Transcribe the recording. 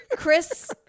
Chris